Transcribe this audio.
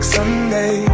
Sunday